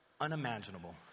Unimaginable